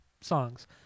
songs